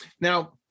Now